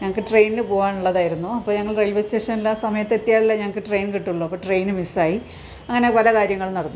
ഞങ്ങൾക്ക് ട്രെയിനിന് പോകനുള്ളതായിരുന്നു അപ്പോൾ ഞങ്ങൾ റയിൽവേ സ്റ്റേഷനിൽ ആ സമയത്ത് എത്തിയാലല്ലേ ഞങ്ങൾക്ക് ട്രെയിൻ കിട്ടുള്ളൂ ട്രെയിൻ മിസ്സായി അനങ്ങനെ പല കാര്യങ്ങളും നടന്നു